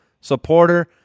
supporter